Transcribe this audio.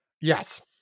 Yes